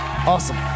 awesome